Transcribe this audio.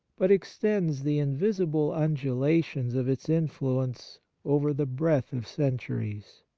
but extends the invisible undulations of its influence over the breadth of centuries.